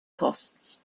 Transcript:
costs